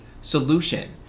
solution